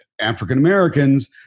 African-Americans